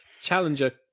Challenger